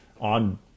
on